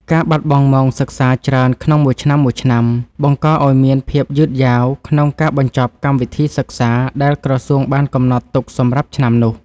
ការបាត់បង់ម៉ោងសិក្សាច្រើនក្នុងមួយឆ្នាំៗ បង្កឱ្យមានភាពយឺតយ៉ាវក្នុងការបញ្ចប់កម្មវិធីសិក្សា ដែលក្រសួងបានកំណត់ទុកសម្រាប់ឆ្នាំនោះ។